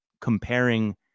comparing